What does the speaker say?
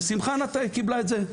בשמחה היא קיבלה את זה,